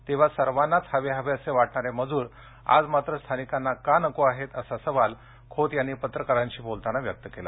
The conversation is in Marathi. तेव्हा सर्वांनाच हवेहवेसे वाटणारे मजूर आज मात्र स्थानिकांना का नको आहेत असा सवाल खोत यांनी पत्रकारांशी संवाद साधताना केला